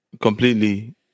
completely